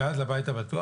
ואז הבית הבטוח.